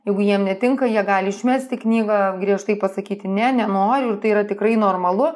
jeigu jiem netinka jie gali išmesti knygą griežtai pasakyti ne nenoriu ir tai yra tikrai normalu